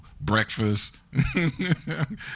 breakfast